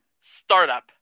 Startup